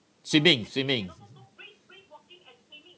swimming swimming